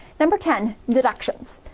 number ten deductions.